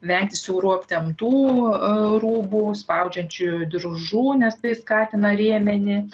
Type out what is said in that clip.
vengti siaurų aptemptų rūbų spaudžiančių diržų nes tai skatina rėmenį